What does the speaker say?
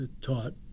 taught